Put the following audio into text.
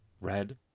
red